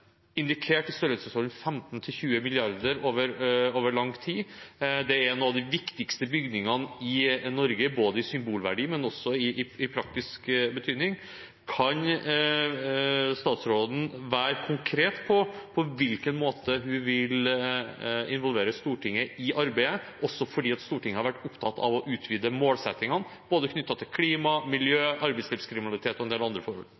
indikert i størrelsesordenen 15–20 mrd. kr over lang tid. Det er noen av de viktigste bygningene i Norge, både i symbolverdi og i praktisk betydning. Kan statsråden være konkret på på hvilken måte hun vil involvere Stortinget i arbeidet – også fordi Stortinget har vært opptatt av å utvide målsettingene, både knyttet til klima, miljø, arbeidslivskriminalitet og en del andre forhold?